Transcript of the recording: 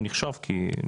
הוא נחשב ניצול שואה.